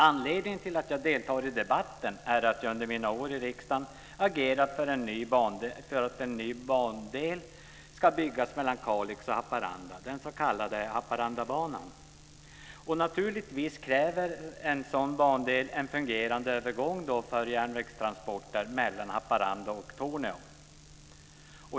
Anledningen till att jag deltar i debatten är att jag under mina år i riksdagen agerat för att en ny bandel ska byggas mellan Kalix och Haparanda, den så kallade Haparandabanan. En sådan bandel kräver naturligtvis en fungerande övergång för järnvägstransporter mellan Haparanda och Torneå.